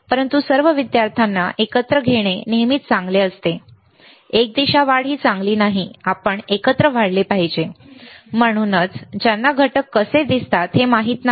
परंतु सर्व विद्यार्थ्यांना एकत्र घेणे नेहमीच चांगले असते एकदिशा वाढ चांगली नाही आपण एकत्र वाढले पाहिजे आणि म्हणूनच ज्यांना घटक कसे दिसतात हे माहित नाही